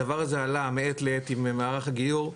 הדבר הזה עלה מעת לעת עם מערך הגיור,